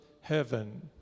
heaven